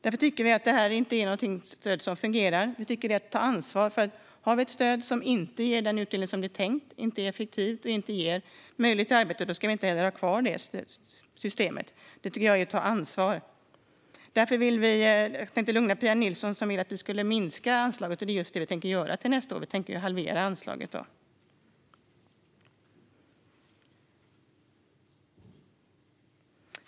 Därför tycker vi inte att det är ett stöd som fungerar. Om vi har ett stöd som inte ger den utdelning som det är tänkt, som inte är effektivt och inte ger möjlighet till arbete ska det systemet inte heller vara kvar. Det är att ta ansvar. Jag kan lugna Pia Nilsson som vill att vi ska minska anslaget. Det är just det vi tänker göra. Till nästa år tänker vi halvera anslaget.